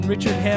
Richard